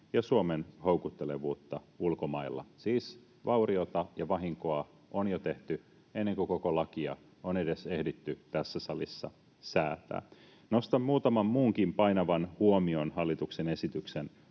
ja Suomen houkuttelevuutta ulkomailla — siis vauriota ja vahinkoa on jo tehty, ennen kuin koko lakia on edes ehditty tässä salissa säätää. Nostan muutaman muunkin painavan huomion hallituksen esityksen